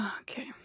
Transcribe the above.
okay